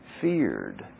feared